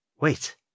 Wait